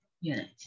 unit